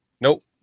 Nope